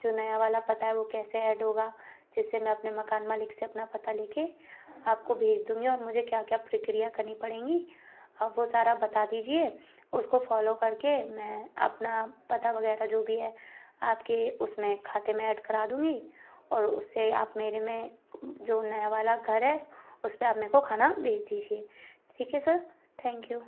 जो नया वाला पता है वो कैसे ऐड होगा जिससे मैं अपने मकान मालिक से अपना पता ले कर आपको भेज दूँगी और मुझे क्या क्या प्रक्रिया करनी पड़ेगी आप वो सारा बता दीजिए उसको फॉलो करके मैं अपना पता वगैरह जो भी है आपके उसमें खाते में ऐड करा दूँगी और उसे आप मेरे में जो नया वाला घर है उस पर आप मेरे को खाना भेज दीजिए ठीक है सर थैंक यू